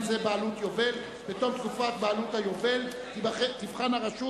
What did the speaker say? בעלות יובל); בתום תקופת בעלות היובל תבחן הרשות